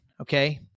okay